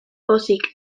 pozik